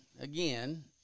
again